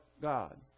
God